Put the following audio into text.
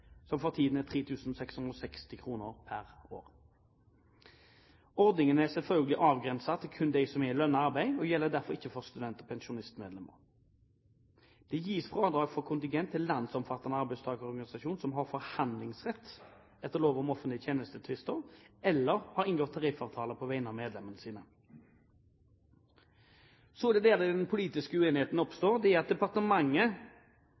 som for tiden er 3 660 kr pr. år. Ordningen er selvfølgelig avgrenset til dem som er i lønnet arbeid, og gjelder derfor ikke for student- og pensjonistmedlemmer. Det gis fradrag for kontingent til landsomfattende arbeidstakerorganisasjoner som har forhandlingsrett etter lov om offentlige tjenestetvister, eller som har inngått tariffavtaler på vegne av medlemmene sine.